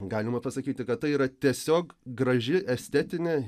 galima pasakyti kad tai yra tiesiog graži estetine